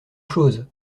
chose